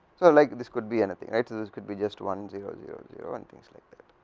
so like this could be anything right this could be just one zero zero zero and things like that,